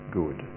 good